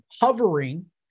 hovering—